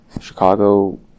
Chicago